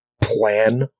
Plan